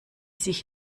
sich